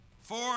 four